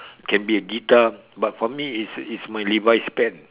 can be a guitar but for me it's a it's my Levi's pants